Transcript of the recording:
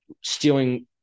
stealing